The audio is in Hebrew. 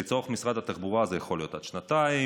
לצורך משרד התחבורה זה יכול להיות עד שנתיים,